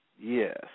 Yes